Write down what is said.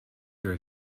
your